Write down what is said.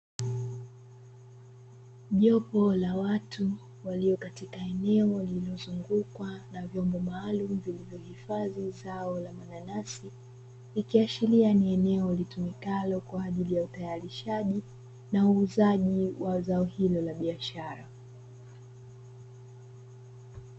Jopo la watu walio katika eneo waliozungukwa na vyombo maalumu vilivyohifadhi zao aina ya mananasi ikiashiria ni eneo litumikalo kwa ajili ya utayarishaji na uuzaji wa zao hilo la biashara.